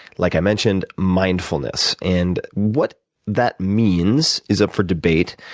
like i mentioned, mindfulness. and what that means is up for debate,